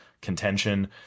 contention